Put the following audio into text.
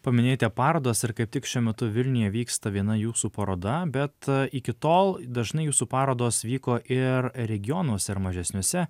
paminėjote parodas ir kaip tik šiuo metu vilniuje vyksta viena jūsų paroda bet iki tol dažnai jūsų parodos vyko ir regionuose ir mažesniuose